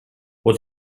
what